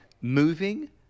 moving